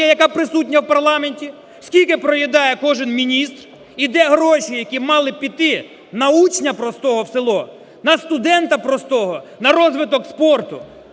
яка присутня в парламенті, скільки проїдає кожен міністр, і де гроші, які мали піти на учня простого в село, на студента простого, на розвиток спорту.